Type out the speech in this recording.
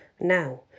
Now